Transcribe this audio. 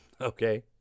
Okay